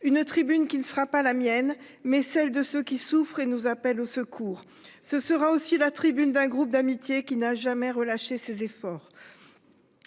une tribune qui ne fera pas la mienne mais celle de ceux qui souffrent et nous appelle au secours. Ce sera aussi la tribune d'un groupe d'amitié qui n'a jamais relâcher ses efforts.